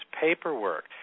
paperwork